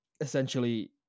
essentially